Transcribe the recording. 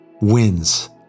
wins